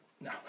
No